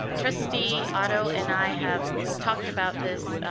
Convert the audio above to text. trustee otto and i have talked about this